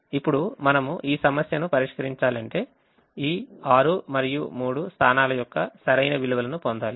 ఇప్పుడు మనము ఈ సమస్యను పరిష్కరించాలి అంటే ఈ 6 మరియు 3 స్థానాల యొక్క సరైన విలువలను పొందాలి